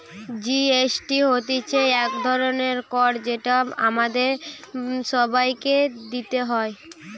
GST হতিছে এক ধরণের কর যেটা আমাদের সবাইকে দিতে হয়